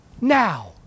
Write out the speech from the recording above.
now